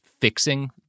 fixing